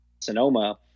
Sonoma